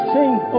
Sing